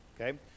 Okay